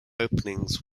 openings